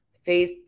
Phase